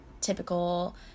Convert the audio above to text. typical